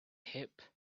hip